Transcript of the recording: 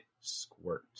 Squirt